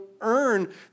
earn